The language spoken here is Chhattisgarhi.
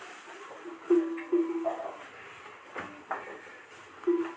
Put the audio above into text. मोर खाता म पईसा डालना हे त कइसे डालव?